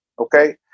Okay